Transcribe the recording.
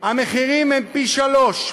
המחירים הם פי-שלושה,